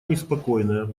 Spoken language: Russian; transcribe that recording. неспокойная